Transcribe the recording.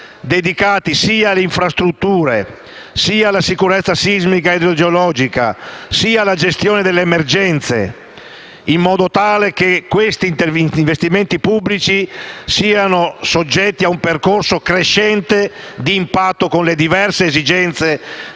dedicati sia alle infrastrutture sia alla sicurezza sismica e idrogeologica sia alla gestione delle emergenze, in modo tale che questi investimenti pubblici siano soggetti ad un percorso crescente di impatto con le diverse esigenze